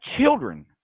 children –